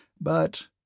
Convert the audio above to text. but—